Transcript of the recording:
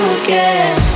again